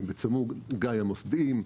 גם בצמוד עם המוסדיים,